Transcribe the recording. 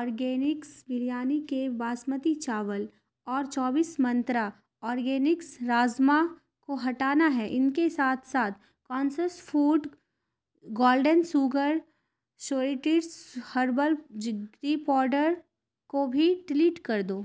organics biryani کے باسمتی چاول اور چوبیس منترا آرگینکس راجما کو ہٹانا ہے ان کے ساتھ ساتھ conscious food golden sugar sweets herbal jaggery powder کو بھی ڈلیٹ کر دو